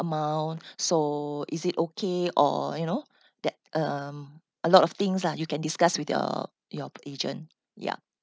amount so is it okay or you know that um a lot of things lah you can discuss with your your agent yup